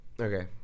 Okay